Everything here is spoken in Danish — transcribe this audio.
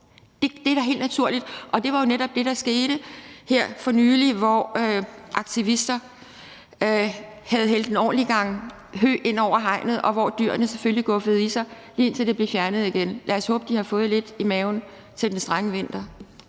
Det er da helt naturligt. Og det var jo netop det, der skete her for nylig, hvor aktivister havde hældt en ordentlig gang hø ind over hegnet, og hvor dyrene selvfølgelig guffede i sig, lige indtil det blev fjernet igen. Lad os håbe, at de har fået lidt i maven til den strenge vinter.